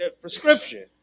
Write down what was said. prescription